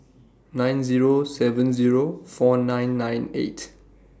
nine Zero seven Zero four nine eight